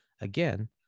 Again